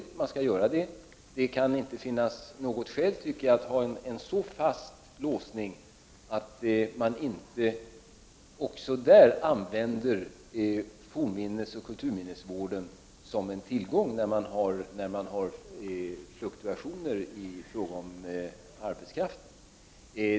I så fall skall man göra det. Jag tycker inte att det finns något skäl att ha en så fast låsning att man inte kan använda fornminnesoch kulturminnesvård som en tillgång när man har fluktuationer i fråga om arbetskraft.